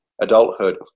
adulthood